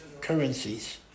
currencies